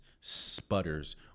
sputters